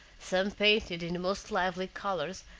some painted in the most lively colors,